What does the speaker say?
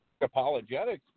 apologetics